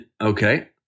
Okay